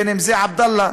בין שזה עבדאללה,